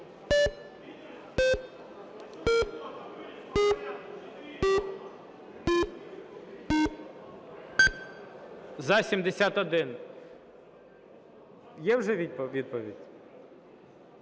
За-71 Є вже відповідь?